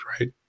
right